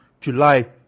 July